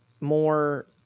more